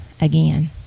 again